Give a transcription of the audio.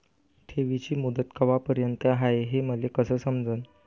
ठेवीची मुदत कवापर्यंत हाय हे मले कस समजन?